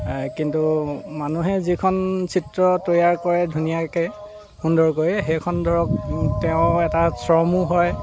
কিন্তু মানুহে যিখন চিত্ৰ তৈয়াৰ কৰে ধুনীয়াকৈ সুন্দৰকৈ সেইখন ধৰক তেওঁ এটা শ্ৰমো হয়